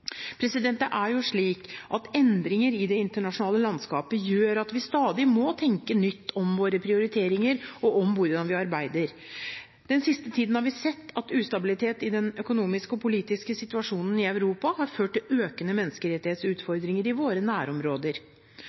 Endringer i det internasjonale landskapet gjør at vi stadig må tenke nytt om våre prioriteringer og om hvordan vi arbeider. Den siste tiden har vi sett at ustabilitet i den økonomiske og politiske situasjonen i Europa har ført til økende menneskerettighetsutfordringer i våre nærområder.